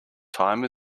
time